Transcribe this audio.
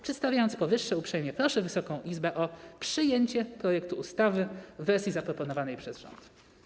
Przedstawiając powyższe, uprzejmie proszę Wysoką Izbę o przyjęcie projektu ustawy w wersji zaproponowanej przez rząd.